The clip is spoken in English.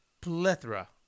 plethora